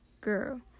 Girl